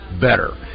better